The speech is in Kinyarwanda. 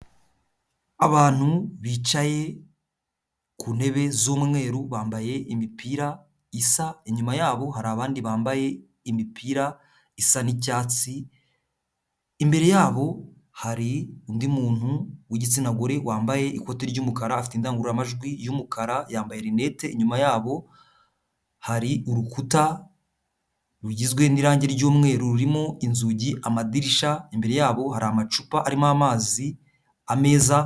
Abantu bicaye ku ntebe z'umweru bambaye imipira isa, inyuma yabo hari abandi bambaye imipira isa n'icyatsi, imbere yabo hari undi muntu w'igitsina gore wambaye ikoti ry'umukara, afite indangururamajwi y'umukara yambaye rinete, inyuma yabo hari urukuta rugizwe n'irang ry'umweru ririmo inzugi, amadirishya, imbere yabo hari amacupa arimo amazi, ameza.